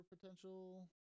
potential